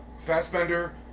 Fassbender